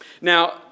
Now